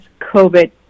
COVID